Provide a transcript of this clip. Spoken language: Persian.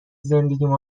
زندگیم